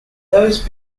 those